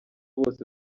bose